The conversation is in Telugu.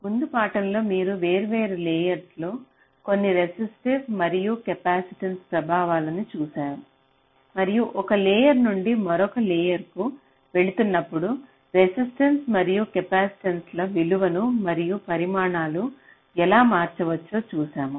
ముందు పాఠం లో మీరు వేర్వేరు లేయర్లపై కొన్ని రెసిస్టివ్ మరియు కెపాసిటివ్ ప్రభావాలను చూశాము మరియు ఒక లేయర్ నుండి మరొక లేయర్కు వెళుతున్నప్పుడు రెసిస్టెన్స్ మరియు కెపాసిటెన్స్ల విలువలు మరియు పరిమాణాలు ఎలా మారవచ్చు చూశాము